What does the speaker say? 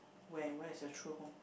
where where is your true home